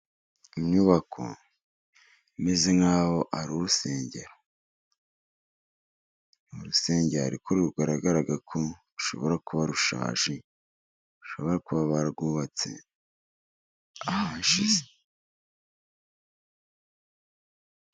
Inyubako imeze nk'aho ari urusengero, ni urusengero ariko rugaragara ko rushobora kuba rushaje, rushobora kuba warwubatse ahashize.